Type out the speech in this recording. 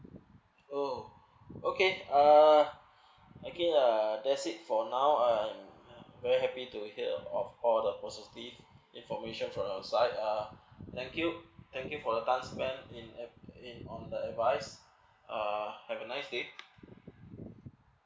oh okay uh okay uh that is for now uh very happy to hear of all the positive information from your side uh thank you thank you for your time ma'am in uh in on advice uh have a nice day